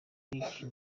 league